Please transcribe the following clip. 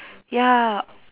ya